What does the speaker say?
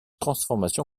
transformation